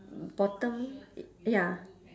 bottom ya